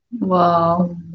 Wow